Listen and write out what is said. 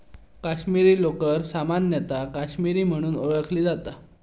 काश्मीरी लोकर सामान्यतः काश्मीरी म्हणून ओळखली जाता